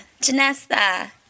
janessa